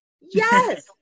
Yes